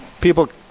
people